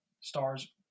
stars